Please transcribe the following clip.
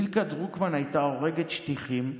מילכה דרוקמן הייתה אורגת שטיחים,